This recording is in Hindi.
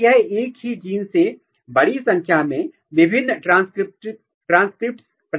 तो यह एक ही जीन से बड़ी संख्या में विभिन्न ट्रांसक्रिप्ट्स प्रदान करता है